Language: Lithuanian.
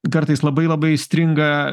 kartais labai labai įstringa